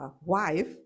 wife